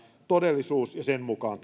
todellisuus ja sen mukaan